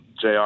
jr